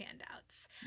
handouts